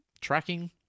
tracking